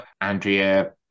Andrea